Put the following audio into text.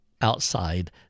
outside